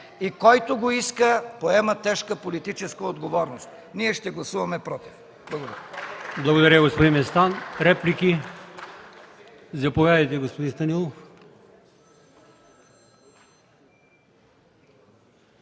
И който го иска, поема тежка политическа отговорност. Ние ще гласуваме против. Благодаря.